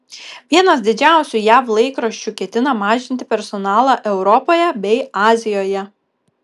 vienas didžiausių jav laikraščių ketina mažinti personalą europoje bei azijoje